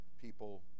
people